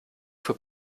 für